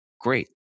great